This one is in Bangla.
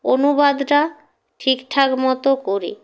অনুবাদটা ঠিকঠাক মতো করে